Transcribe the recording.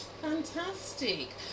Fantastic